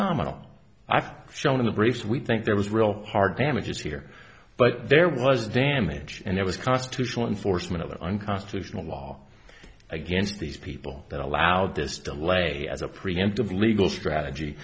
nominal i've shown in the briefs we think there was real hard damages here but there was damage and there was constitutional enforcement of the unconstitutional law against these people that allowed this to lay as a preemptive legal strategy